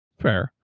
fair